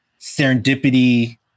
serendipity